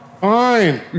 Fine